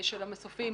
המסופים.